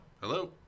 Hello